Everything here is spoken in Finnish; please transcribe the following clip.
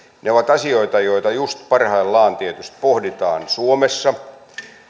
ne ovat asioita joita just parhaillaan tietysti pohditaan suomessa